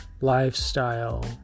lifestyle